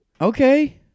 Okay